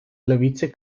lewicy